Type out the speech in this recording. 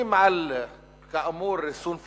שומעים, כאמור, על ריסון פיסקלי,